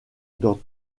dans